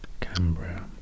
Cambria